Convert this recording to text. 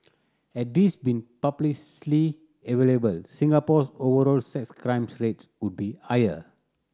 had these been publicly available Singapore's overall sex crime rate would be higher